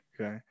Okay